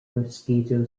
mosquito